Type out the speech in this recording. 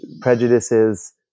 prejudices